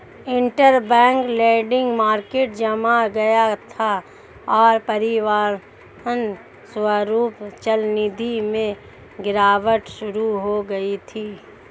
interbank lending market जम गया था, और परिणामस्वरूप चलनिधि में गिरावट शुरू हो गई थी